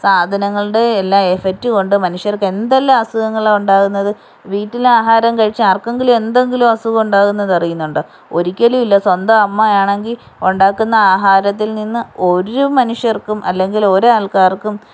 സാധനങ്ങളുടെയെല്ലാം effect കൊണ്ട് മനുഷ്യർക്ക് എന്തെല്ലാം അസുഖങ്ങളാണ് ഉണ്ടാക്കുന്നത് വീട്ടിലെ ആഹാരം കഴിച്ച് ആർക്കെങ്കിലും എന്തെങ്കിലും അസുഖമുണ്ടാകുന്നത് അറിയുന്നുണ്ടോ ഒരിക്കലുമില്ല സ്വന്തം അമ്മയാണെങ്കിൽ ഉണ്ടാക്കുന്ന ആഹാരത്തിൽ നിന്ന് ഒരു മനുഷ്യർക്കും അല്ലെങ്കിൽ ഒരാൾക്കാർക്കും